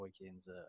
weekends